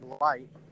light